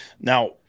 Now